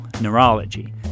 Neurology